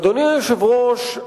אדוני היושב-ראש,